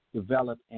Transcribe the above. develop